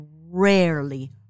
rarely